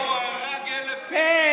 שראש הממשלה נתניהו הרג 1,000 איש.